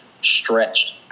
stretched